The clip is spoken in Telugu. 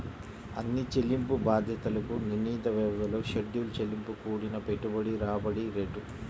అన్ని చెల్లింపు బాధ్యతలకు నిర్ణీత వ్యవధిలో షెడ్యూల్ చెల్లింపు కూడిన పెట్టుబడి రాబడి రేటు